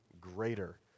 greater